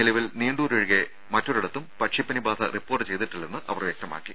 നിലവിൽ നീണ്ടൂർ ഒഴികെ ജില്ലയിൽ ഒരിടത്തും പക്ഷിപ്പനി ബാധ റിപ്പോർട്ട് ചെയ്തിട്ടില്ലെന്ന് അവർ വ്യക്തമാക്കി